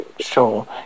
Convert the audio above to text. sure